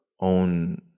own